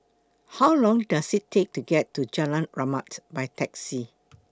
How Long Does IT Take to get to Jalan Rahmat By Taxi